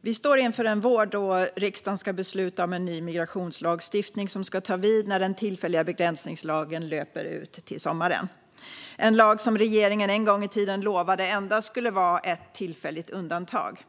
Vi står inför en vår då riksdagen ska besluta om en ny migrationslagstiftning som ska ta vid när den tillfälliga begränsningslagen löper ut till sommaren. Det är en lag som regeringen en gång i tiden lovade endast skulle vara ett tillfälligt undantag.